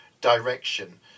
direction